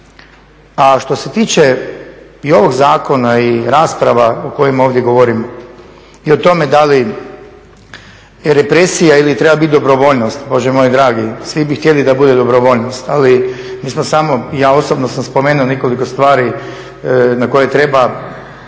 A što se tiče i ovog zakona i rasprava o kojima ovdje govorim, i o tome da li je represija ili treba biti dobrovoljnost, Bože moj dragi svi bi htjeli da bude dobrovoljnost ali mi smo, i ja osobno sam spomenuo nekoliko stvari na koje treba